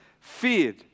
feared